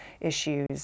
issues